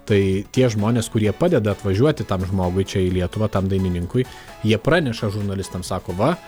tai tie žmonės kurie padeda atvažiuoti tam žmogui čia į lietuvą tam dainininkui jie praneša žurnalistam sako va